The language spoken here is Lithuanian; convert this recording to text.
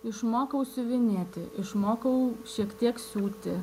išmokau siuvinėti išmokau šiek tiek siūti